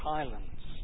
Highlands